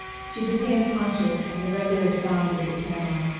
she became conscious of the regular sound of the camera.